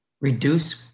Reduce